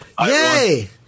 Yay